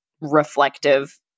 reflective